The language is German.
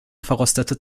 verrostete